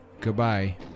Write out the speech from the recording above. Goodbye